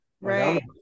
Right